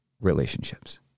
relationships